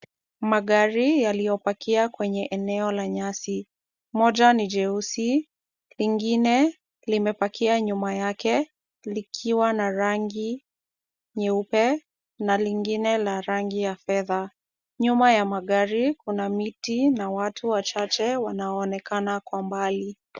Magari yaliyopakia kwenye eneo la nyasi. Moja ni jeusi. Lingine limepakia nyuma yake likiwa na rangi nyeupe na lingine la rangi ya fedha. Nyuma ya magari kuna miti na watu wachache wanaoonekana kwa mbali.